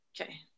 Okay